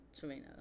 Torino